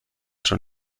schon